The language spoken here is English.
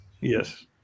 Yes